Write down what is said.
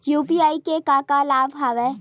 UPI के का का लाभ हवय?